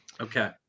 Okay